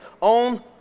on